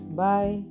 bye